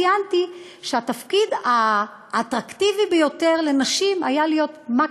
ציינתי שהתפקיד האטרקטיבי ביותר לנשים היה מ"כית.